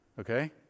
Okay